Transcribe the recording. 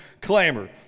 Clamor